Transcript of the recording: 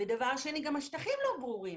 דבר שני, גם השטחים לא ברורים,